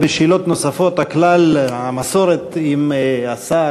בשאלות נוספות המסורת היא שאם השר,